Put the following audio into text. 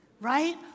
right